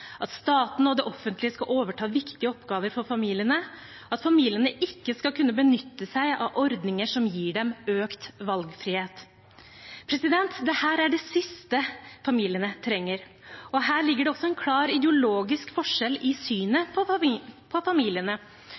at staten og det offentlige skal overta viktige oppgaver for familiene, og at familiene ikke skal kunne benytte seg av ordninger som gir dem økt valgfrihet. Dette er det siste familiene trenger, og her ligger det også en klar ideologisk forskjell i synet på familiene.